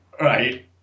Right